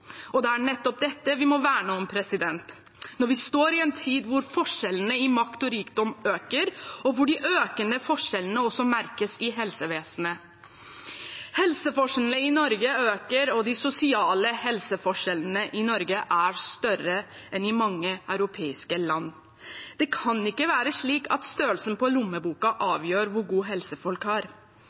Det er nettopp dette vi må verne om når vi står i en tid hvor forskjellene i makt og rikdom øker, og hvor de økende forskjellene også merkes i helsevesenet. Helseforskjellene i Norge øker, og de sosiale helseforskjellene i Norge er større enn i mange europeiske land. Det kan ikke være slik at størrelsen på lommeboka avgjør hvor god helse folk har.